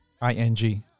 I-N-G